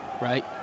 right